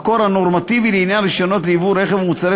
המקור הנורמטיבי לעניין רישיונות לייבוא רכב ומוצרי